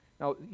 Now